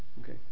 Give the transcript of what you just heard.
Okay